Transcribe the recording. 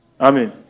Amen